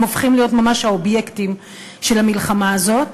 הם הופכים להיות ממש האובייקטים של המלחמה הזאת.